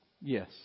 yes